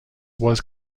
was